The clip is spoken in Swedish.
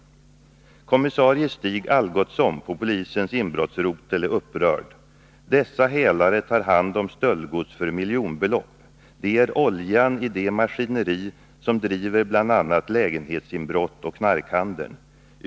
Kommissarie Stig Algotsson på polisens inbrottsrotel är upprörd: — Dessa hälare tar hand om stöldgods för miljonbelopp. De är oljan i det maskineri som driver bland annat lägenhetsinbrotten och knarkhandeln.